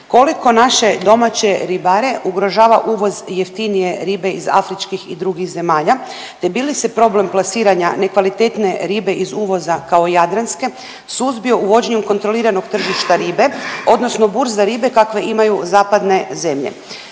koliko naše domaće ribare ugrožava uvoz jeftinije ribe iz afričkih i drugih zemalja te bi li se problem plasiranja nekvalitetne ribe iz uvoza kao jadranske, suzbio uvođenjem kontroliranog tržišta ribe, odnosno burza ribe kakve imaju zapadne zemlje?